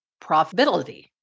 profitability